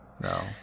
no